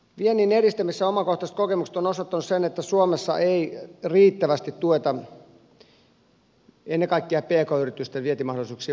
viennin edistämisessä omakohtaiset kokemukset ovat osoittaneet sen että suomessa ei riittävästi tueta ennen kaikkea pk yritysten vientimahdollisuuksia vaikkapa kiinaan